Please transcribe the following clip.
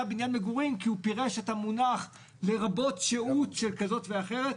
בניין מגורים כי הוא פירש את המונח "לרבות שהות של כזאת ואחרת",